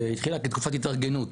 והיא התחילה כתקופת התארגנות,